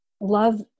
love